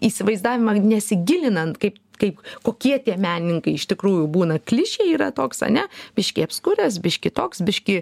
įsivaizdavimą nesigilinant kaip kaip kokie tie menininkai iš tikrųjų būna klišė yra toks ane biškį apskuręs biškį toks biškį